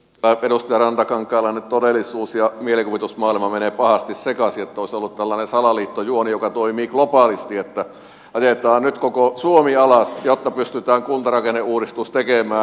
edustaja rantakankaalla nyt todellisuus ja mielikuvitusmaailma menevät pahasti sekaisin että olisi ollut tällainen salaliittojuoni joka toimii globaalisti että ajetaan nyt koko suomi alas jotta pystytään kuntarakenneuudistus tekemään